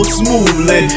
smoothly